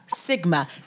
Sigma